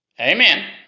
Amen